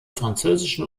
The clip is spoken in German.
französischen